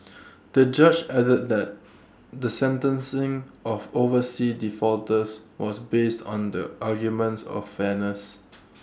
the judge added that the sentencing of overseas defaulters was based on the arguments of fairness